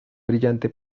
brillante